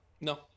no